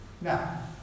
Now